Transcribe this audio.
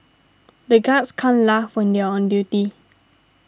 the guards can't laugh when they are on duty